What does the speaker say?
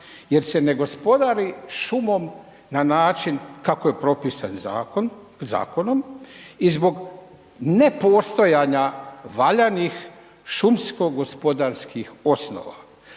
jer se ne gospodari šumom na način kako je propisano zakonom i zbog nepostojanja valjanih šumsko-gospodarskih osnova.